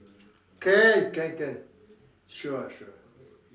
can can can sure sure